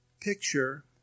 picture